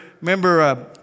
remember